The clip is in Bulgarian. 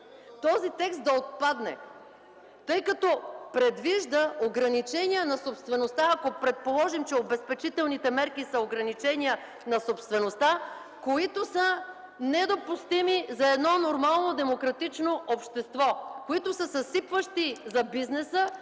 този текст да отпадне, тъй като предвижда ограничения на собствеността, ако предположим, че обезпечителните мерки са ограничения на собствеността, които са недопустими за едно нормално демократично общество, съсипващи за бизнеса,